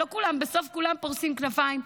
בסוף כולם פורשים כנפיים.